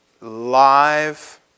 live